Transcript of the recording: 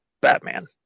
Batman